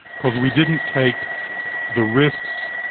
because we didn't take the risks,